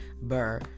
Burr